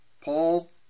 Paul